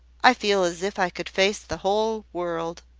i feel as if i could face the whole world.